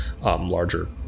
larger